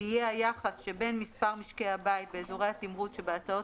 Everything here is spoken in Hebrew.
תהיה היחס שבין מספר משקי הבית באזורי התמרוץ שבהצעות